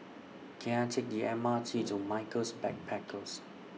Can I Take The M R T to Michaels Backpackers